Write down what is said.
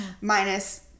minus